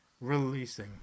releasing